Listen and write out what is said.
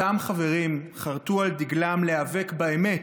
אותם חברים חרתו על דגלם להיאבק באמת,